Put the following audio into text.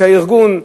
את הארגון,